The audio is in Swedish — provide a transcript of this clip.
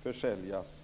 ska försäljas.